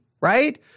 right